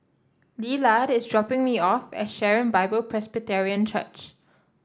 Lillard is dropping me off at Sharon Bible Presbyterian Church